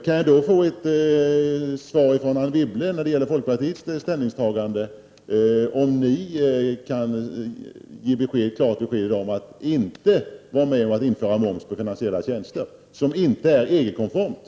Kan jag då få ett svar från Anne Wibble när det gäller folkpartiets ställningstagande, om ni kan ge klart besked i dag att ni inte är med om att införa moms på finansiella tjänster, som inte är EG-konformt.